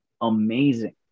Amazing